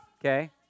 Okay